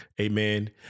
amen